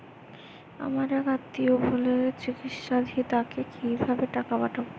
আমার এক আত্মীয় ভেলোরে চিকিৎসাধীন তাকে কি ভাবে টাকা পাঠাবো?